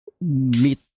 meet